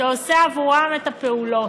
שעושה בעבורם את הפעולות.